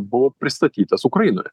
buvo pristatytas ukrainoje